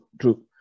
True